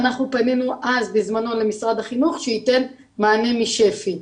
אנחנו פנינו אז למשרד החינוך שייתן מענה משפ"י.